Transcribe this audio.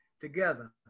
together